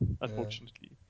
unfortunately